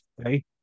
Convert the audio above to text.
okay